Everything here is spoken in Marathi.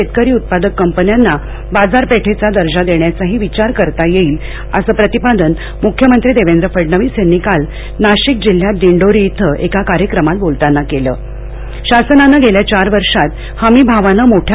शेतकरी उत्पादक कंपन्यांना बाजारपेठेचा दर्जा देण्याचाही विचार करता येईल असं प्रतिपादन मुख्यमंत्री देवेंद्र फडणवीस यांनी काल नाशिक जिल्ह्यात दिंडोरी इथं एका कार्यक्रमात बोलताना केलंशासनानं गेल्या चार वर्षात हमी भावानं मोठ्या